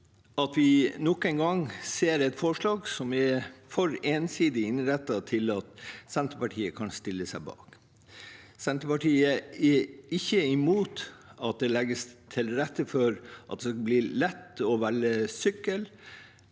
at vi nok en gang ser et forslag som er for ensidig innrettet til at Senterpartiet kan stille seg bak det. Vi er ikke imot at det skal legges til rette for at det skal være lett å velge sykkel